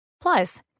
Plus